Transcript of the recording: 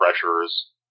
pressures